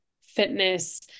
fitness